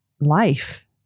life